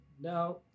now